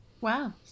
wow